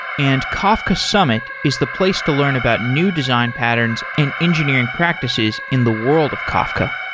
and kafka summit is the place to learn about new design patterns and engineering practices in the world of kafka.